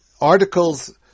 articles